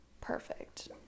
perfect